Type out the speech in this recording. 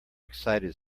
excited